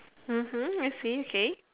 mmhmm I see okay